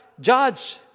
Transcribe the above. judge